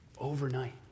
overnight